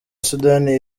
sudani